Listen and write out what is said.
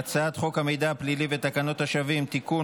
ההצעה להעביר את הצעת חוק המידע הפלילי ותקנת השבים (תיקון,